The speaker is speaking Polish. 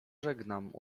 żegnam